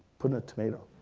put in a tomato.